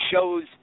shows